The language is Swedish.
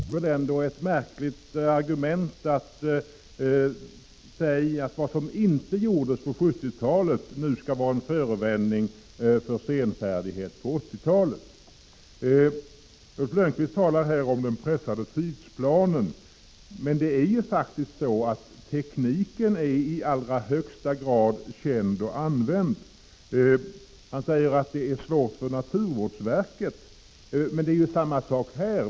Fru talman! Ulf Lönnqvist vill gärna framställa sig som miljövän, men då är det väl ändå ett märkligt argument att säga att vad som inte gjordes på 1970-talet nu skall vara en förevändning för senfärdighet på 1980-talet. Han talar här om den pressade tidsplanen, men det är faktiskt så, att tekniken i allra högsta grad är känd och använd. Ulf Lönnqvist säger att det är svårt för naturvårdsverket. Men det är väl samma sak här.